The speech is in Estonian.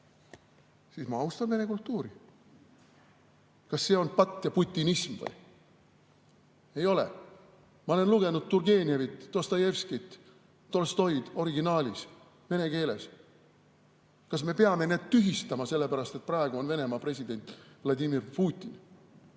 siis ma austan nende kultuuri. Kas see on patt ja putinism? Ei ole. Ma olen lugenud Turgenevit, Dostojevskit ja Tolstoid originaalis, vene keeles. Kas me peame need tühistama sellepärast, et praegu on Venemaa president Vladimir Putin?